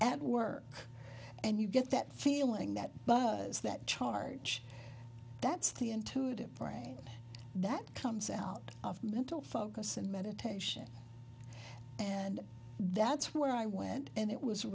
at work and you get that feeling that is that charge that's the intuitive brain that comes out of mental focus and meditation and that's where i went and it was